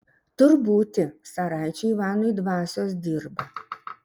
tur būti caraičiui ivanui dvasios dirba